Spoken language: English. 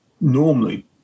normally